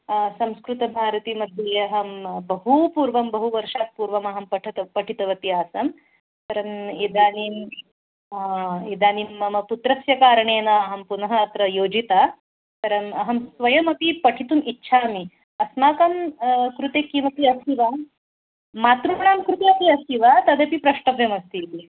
संस्कृतभारतीमध्ये अहं बहूपूर्वं बहु वर्षात् पूर्वम् अहं पठिता पठितवती आसम् परम् इदानीम् इदानीं मम पुत्रस्य कारणेन अहं पुनः अत्र योजिता परम् अहं स्वयमपि पठितुम् इच्छामि अस्माकं कृते किमपि अस्ति वा मातृणां कृते अपि अस्ति वा तदपि प्रष्टव्यमस्ति इति